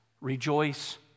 rejoice